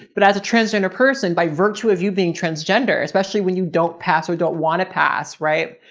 but as a transgender person, by virtue of you being transgender, especially when you don't pass or don't want to pass, right?